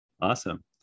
awesome